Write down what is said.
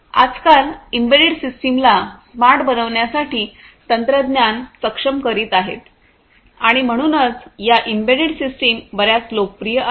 आजकाल एम्बेडेड सिस्टमला स्मार्ट बनविण्यासाठी तंत्रज्ञान सक्षम करीत आहेत आणि म्हणूनच या एम्बेडेड सिस्टम बर्याच लोकप्रिय आहेत